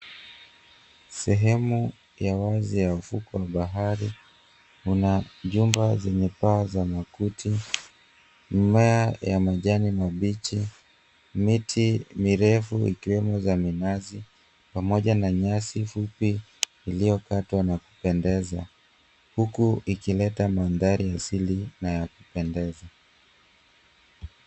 Sehemu ya wazi ya ufukwe wa bahari kuna jumba zenye paa za makuti mmea ya majani mabichi. Miti mirefu ikiwemo za minazi pamoja na nyasi fupi iliyokatwa na kupendeza huku ikileta mandhari ya asili na ya kupendeza.